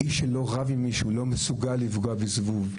איש שלא רב עם מישהו, לא מסוגל לפגוע בזבוב.